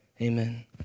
amen